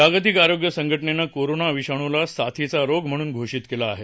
जागतिक आरोग्य संघटनेनं कोरोना विषाणूला साथीचा रोग म्हणून घोषित केलं आहे